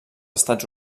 estats